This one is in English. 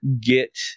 get